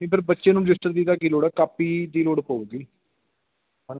ਇੱਧਰ ਬੱਚੇ ਨੂੰ ਰਜਿਸਟਰ ਦੀ ਤਾਂ ਕੀ ਲੋੜ ਹੈ ਕਾਪੀ ਦੀ ਲੋੜ ਪਊਗੀ